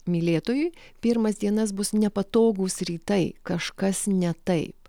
mylėtojui pirmas dienas bus nepatogūs rytai kažkas ne taip